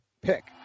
pick